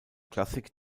klassik